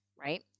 right